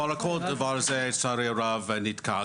אבל כל הדבר הזה לצערי הרב נתקע.